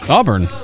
Auburn